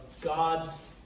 God's